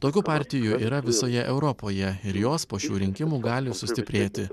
tokių partijų yra visoje europoje ir jos po šių rinkimų gali sustiprėti